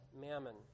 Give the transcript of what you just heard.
mammon